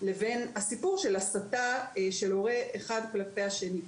לבין הסיפור של הסתה של הורה אחד כלפי השני.